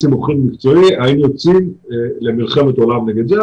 היינו יוצאים למלחמת עולם נגד זה,